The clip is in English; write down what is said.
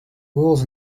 rules